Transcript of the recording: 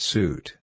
Suit